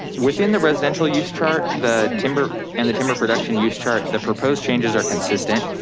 within the residential use chart, the timber and the timber production use chart, the proposed changes are consistent.